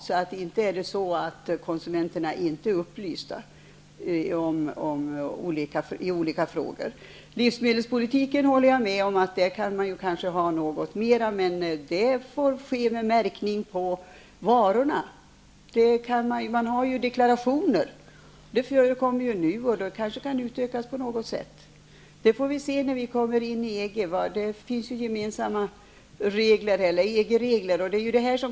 Så det är inte så att konsumenterna inte är upplysta i olika frågor. Jag kan hålla med Annika Åhnberg om det hon sade om livsmedelspolitiken. Men det förekommer ju redan varumärkning och deklarationer, och de kanske kan utökas på något sätt. Vi får se när vi kommer in i EG hur det blir. Där finns gemensamma EG-regler.